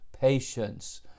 patience